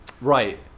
right